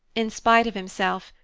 in spite of himself,